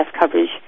coverage